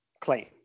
claim